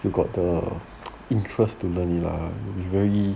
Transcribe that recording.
you got the interest to learn it ah it will very